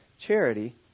Charity